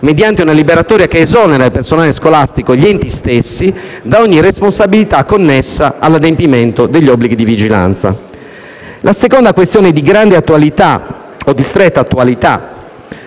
mediante una liberatoria che esonera il personale scolastico e gli enti stessi da ogni responsabilità connessa all'adempimento degli obblighi di vigilanza. La seconda questione di stretta attualità,